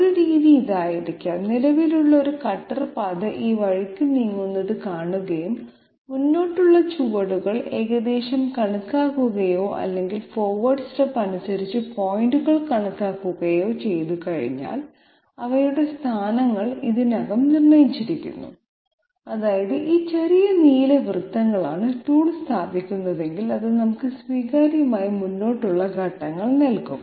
ഒരു രീതി ഇതായിരിക്കാം നിലവിലുള്ള ഒരു കട്ടർ പാത ഈ വഴിക്ക് നീങ്ങുന്നത് കാണുകയും മുന്നോട്ടുള്ള ചുവടുകൾ ഏകദേശം കണക്കാക്കുകയോ അല്ലെങ്കിൽ ഫോർവേഡ് സ്റ്റെപ്പ് അനുസരിച്ച് പോയിന്റുകൾ കണക്കാക്കുകയോ ചെയ്തുകഴിഞ്ഞാൽ അവയുടെ സ്ഥാനങ്ങൾ ഇതിനകം നിർണ്ണയിച്ചിരിക്കുന്നു അതായത് ഈ ചെറിയ നീല വൃത്തങ്ങളാണ് ടൂൾ സ്ഥാപിക്കുന്നതെങ്കിൽ അത് നമുക്ക് സ്വീകാര്യമായ മുന്നോട്ടുള്ള ഘട്ടങ്ങൾ നൽകും